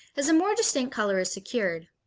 as a more distinct color is secured.